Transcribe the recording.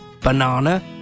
banana